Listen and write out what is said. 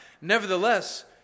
Nevertheless